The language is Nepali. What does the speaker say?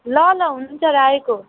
ल ल हुन्छ राखेको